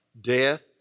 Death